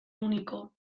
único